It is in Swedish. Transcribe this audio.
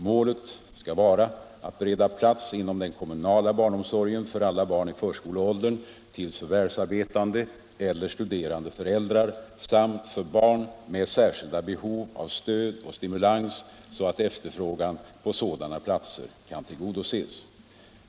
Målet skall vara att bereda plats inom den kommunala barn omsorgen för alla barn i förskoleåldern till förvärvsarbetande eller studerande föräldrar samt för barn med särskilda behov av stöd och stimulans, så att efterfrågan på sådana platser kan tillgodoses.